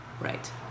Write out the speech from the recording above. Right